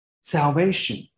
salvation